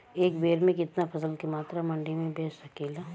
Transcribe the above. एक बेर में कितना फसल के मात्रा मंडी में बेच सकीला?